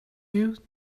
you